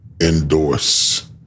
endorse